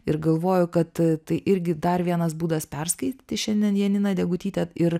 ir galvoju kad tai irgi dar vienas būdas perskaityti šiandien janiną degutytę ir